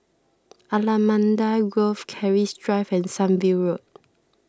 Allamanda Grove Keris Drive and Sunview Road